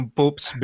popes